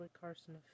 Carson